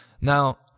Now